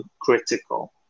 critical